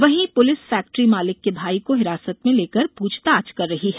वहीं पुलिस ने फैक्ट्री मालिक के भाई को हिरासत में लेकर पूछताछ कर रही है